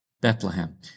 Bethlehem